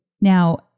Now